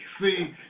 see